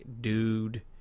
dude